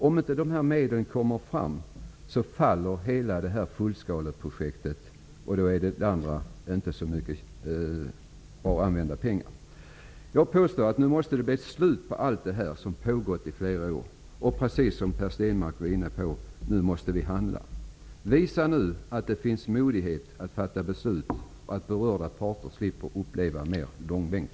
Om inte dessa medel kommer fram faller fullskaleprojektet. Jag påstår att det nu måste bli ett slut på detta. Nu måste vi handla. Det var Per Stenmarck också inne på. Visa att det finns mod att fatta beslut så att berörda parter slipper uppleva ytterligare långbänk.